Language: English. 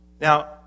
Now